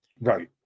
right